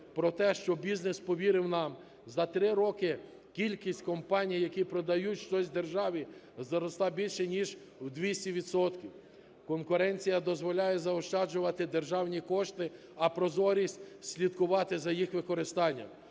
про те, що бізнес повірив нам, за 3 роки кількість компаній, які продають щось державі, зросла більше ніж у 200 відсотків. Конкуренція дозволяє заощаджувати державні кошти, а прозорість слідкувати за їх використанням.